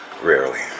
Rarely